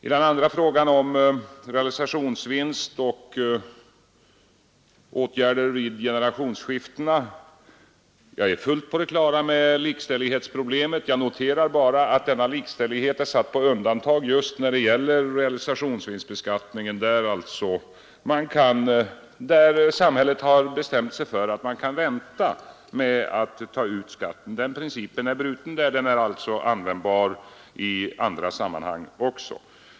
I den andra frågan om realisationsvinst och åtgärder vid generationsskiften är jag fullt på det klara med likställighetsproblemet. Jag konstaterar bara att denna likställighet är satt på undantag just när det gäller realisationsvinstbeskattningen, där samhället bestämt sig för att man kan vänta med att ta ut skatten. När principen är bruten där, är det väl tänkbart i andra sammanhang också.